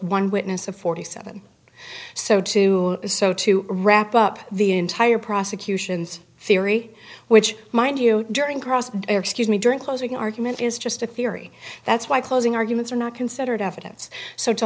one witness of forty seven so to so to wrap up the entire prosecution's theory which mind you during cross or excuse me during closing argument is just a theory that's why closing arguments are not considered evidence so to